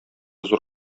зур